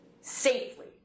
safely